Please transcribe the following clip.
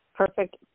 Perfect